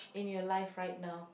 in your life right now